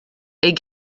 est